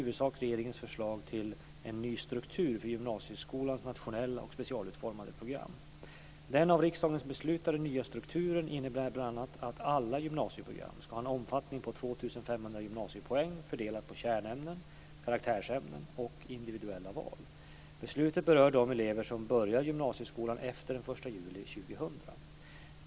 Den av riksdagen beslutade nya strukturen innebär bl.a. att alla gymnasieprogram ska ha en omfattning på 2 500 gymnasiepoäng fördelat på kärnämnen, karaktärsämnen och individuella val. Beslutet berör de elever som börjar gymnasieskolan efter den 1 juli 2000.